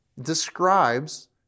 describes